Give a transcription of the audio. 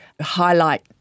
highlight